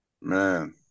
Man